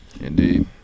Indeed